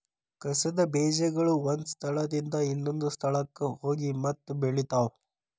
ಕಸದ ಬೇಜಗಳು ಒಂದ ಸ್ಥಳದಿಂದ ಇನ್ನೊಂದ ಸ್ಥಳಕ್ಕ ಹೋಗಿ ಮತ್ತ ಬೆಳಿತಾವ